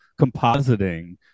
compositing